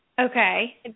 okay